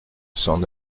s’en